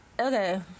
Okay